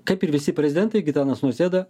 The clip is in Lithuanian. kaip ir visi prezidentai gitanas nausėda